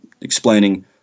explaining